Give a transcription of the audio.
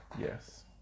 yes